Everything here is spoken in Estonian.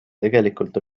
tegelikult